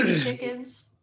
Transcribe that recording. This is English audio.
chickens